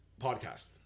podcast